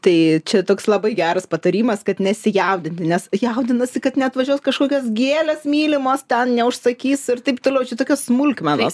tai čia toks labai geras patarimas kad nesijaudinti nes jaudinasi kad neatvažiuos kažkokios gėlės mylimos ten neužsakys ir taip toliau čia tokios smulkmenos